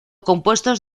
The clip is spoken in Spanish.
compuestos